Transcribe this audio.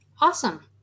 Awesome